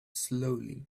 slowly